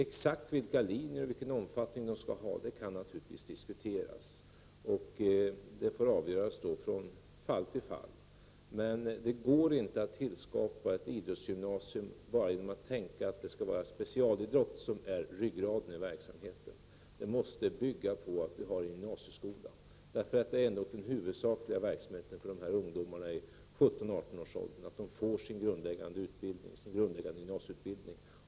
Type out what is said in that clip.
Exakt vilka linjer och vilken omfatt 24 november 1989 ning det skall ha kan naturligtvis diskuteras. Det får avgöras från fall tillfall.Z7——- Det går inte att tillskapa ett idrottsgymnasium där enbart specialidrott skall vara ryggraden i verksamheten. Ett idrottsgymnasium måste bygga på att det finns en gymnasieskola, och verksamheten skall huvudsakligen vara inriktad på att eleverna i 17-18-årsåldern får sin grundläggande gymnasieutbildning.